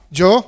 yo